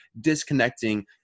disconnecting